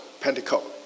Pentecost